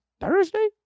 Thursday